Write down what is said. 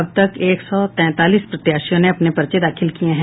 अब तक एक सौ तैंतालीस प्रत्याशियों ने अपने पर्चे दाखिल किये हैं